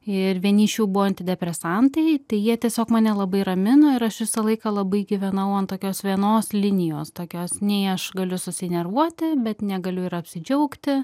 ir vieni iš jų buvo antidepresantai tai jie tiesiog mane labai ramino ir aš visą laiką labai gyvenau ant tokios vienos linijos tokios nei aš galiu susinervuoti bet negaliu ir apsidžiaugti